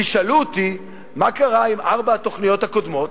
תשאלו אותי, מה קרה עם ארבע התוכניות הקודמות?